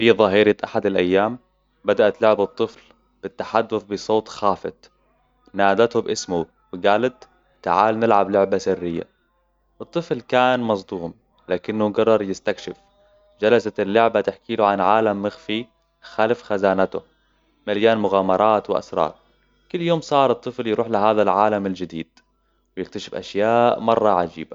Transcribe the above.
في ظاهرة أحد الأيام، بدأت لعبه الطفل بالتحدث بصوت خافت، نادته بإسمه، وقالت، تعال نلعب لعبة سريه. الطفل كان مصدوم، لكنه قرر يستكشف. جلست اللعبة تحكي له عن عالم مخفي خلف خزانته، مليان مغامرات وأسرع. كل يوم صار الطفل يروح لهذا العالم الجديد، يكتشف أشياء مرة عجيبة.